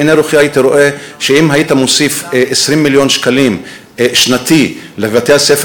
בעיני רוחי הייתי רואה שאם היית מוסיף 20 מיליון שקלים שנתי לבתי-הספר